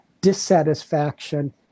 dissatisfaction